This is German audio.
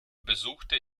besuchte